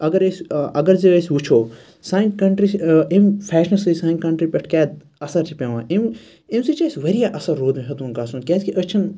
اَگَر أسۍ اَگَر زِ أسۍ وٕچھو سانہِ کَنٹری چھِ امہِ فیشنَس سۭتۍ سانہِ کَنٹری پیٚٹھ کیاہ اَثَر چھُ پیٚوان امہِ سۭتۍ چھُ اَسہِ واریاہ اَثَر ہیٚوتمُت گَژھُن کیازکہِ أسۍ چھِنہٕ